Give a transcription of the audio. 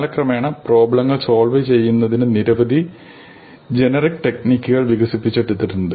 കാലക്രമേണ പ്രോബ്ലങ്ങൾ സോൾവ് ചെയ്യുന്നതിനു നിരവധി ജനറിക് ടെക്നിക്കുകൾ വികസിപ്പിച്ചെടുത്തിട്ടുണ്ട്